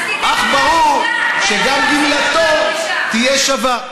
אך ברור שגם גמלתו תהיה שווה.